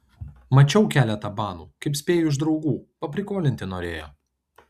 mačiau keletą banų kaip spėju iš draugų paprikolinti norėjo